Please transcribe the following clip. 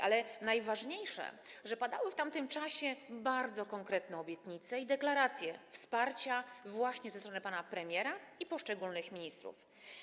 Ale najważniejsze, że padały w tamtym czasie bardzo konkretne obietnice i deklaracje wsparcia właśnie ze strony pana premiera i poszczególnych ministrów.